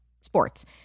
sports